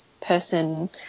person